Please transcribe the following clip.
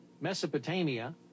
Mesopotamia